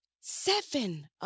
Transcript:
seven